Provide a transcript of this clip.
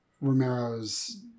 Romero's